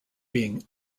being